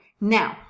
Now